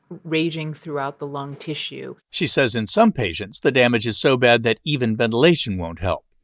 raging throughout the lung tissue she says in some patients, the damage is so bad that even ventilation won't help.